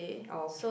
oh